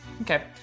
Okay